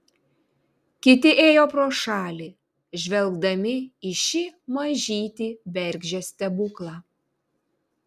kiti ėjo pro šalį žvelgdami į šį mažytį bergždžią stebuklą